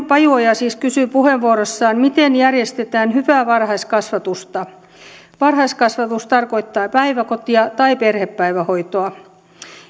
pajuoja siis kysyy puheenvuorossaan miten järjestetään hyvää varhaiskasvatusta varhaiskasvatus tarkoittaa päiväkotia tai perhepäivähoitoa